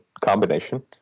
combination